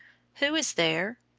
who is there?